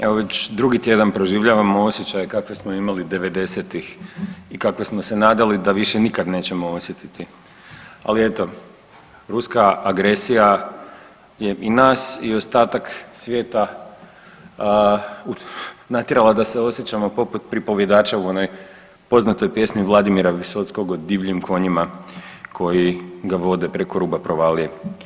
Evo već drugi tjedan proživljavamo osjećaj kakav smo imali '90.-ih i kakav smo se nadali da više nikad nećemo osjetiti, ali eto ruska agresija je i nas i ostatak svijeta natjerala da se osjećamo poput pripovjedača u onoj poznatoj pjesmi Vladimira Visockog o divljim konjima koji ga vode preko ruba provalije.